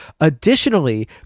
Additionally